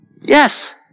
Yes